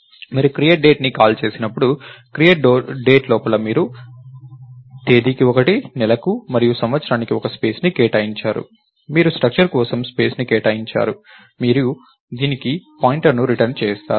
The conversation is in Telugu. మీరు create dateని కాల్ చేసినప్పుడు create date లోపల మీరు తేదీకి ఒకటి నెలకు మరియు సంవత్సరానికి ఒక స్పేస్ ని కేటాయించారు మీరు స్ట్రక్చర్ కోసం స్పేస్ ని కేటాయించారు మీరు దీనికి పాయింటర్ను రిటర్న్ చేసారు